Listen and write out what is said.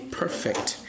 perfect